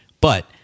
But-